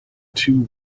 two